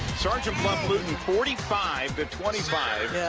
sergeant bluff-luton forty five but twenty five yeah